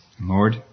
Lord